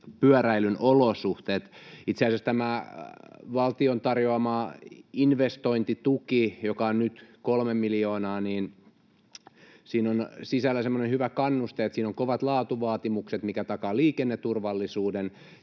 pyöräilyn olosuhteet. Itse asiassa tässä valtion tarjoamassa investointituessa, joka on nyt kolme miljoonaa, on sisällä semmoinen hyvä kannuste, että siinä on kovat laatuvaatimukset, mikä takaa liikenneturvallisuuden,